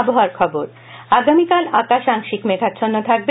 আবহাওয়া আগামীকাল আকাশ আংশিক মেঘাচ্হন্ন থাকবে